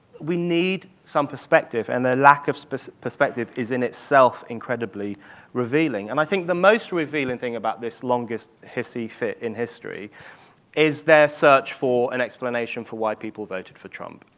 we need some perspective, and their lack of perspective is, in itself, incredibly revealing. and i think the most revealing thing about this longest hissy fit in history is their search for an explanation for why people voted for trump,